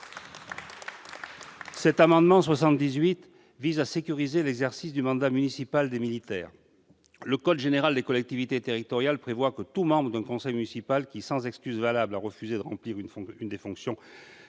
L'amendement n° 78 vise à sécuriser l'exercice du mandat municipal des militaires. Le code général des collectivités territoriales prévoit que tout membre d'un conseil municipal qui, sans excuse valable, a refusé de remplir l'une des fonctions